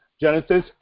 Genesis